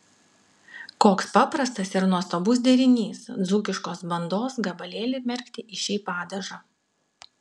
koks paprastas ir nuostabus derinys dzūkiškos bandos gabalėlį merkti į šį padažą